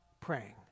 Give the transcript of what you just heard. praying